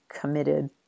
committed